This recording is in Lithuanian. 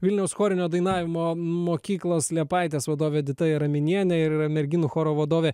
vilniaus chorinio dainavimo mokyklos liepaitės vadovė edita jaraminienė ir merginų choro vadovė